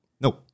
no